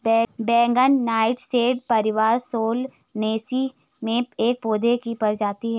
बैंगन नाइटशेड परिवार सोलानेसी में एक पौधे की प्रजाति है